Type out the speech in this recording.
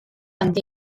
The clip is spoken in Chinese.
降低